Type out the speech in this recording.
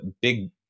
big